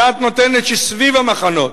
הדעת נותנת שסביב המחנות,